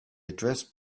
address